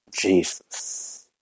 Jesus